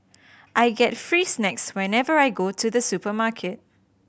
I get free snacks whenever I go to the supermarket